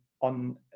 on